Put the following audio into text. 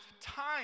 time